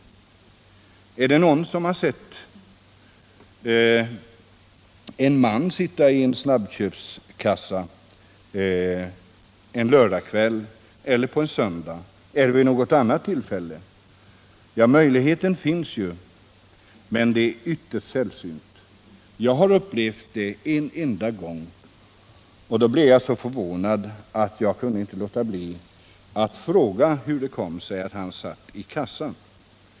Är det någon som har sett en man sitta i en snabbköpskassa en lördagkväll eller på en söndag eller vid något annat tillfälle? Ja, möjligheten finns ju, men det är ytterst sällsynt. Jag har upplevt det en enda gång, och då blev jag så förvånad att jag inte kunde låta bli att fråga hur det kom sig att han satt i kassan.